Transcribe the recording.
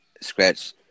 Scratch